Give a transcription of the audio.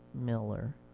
Miller